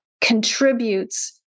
contributes